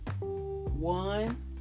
One